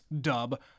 dub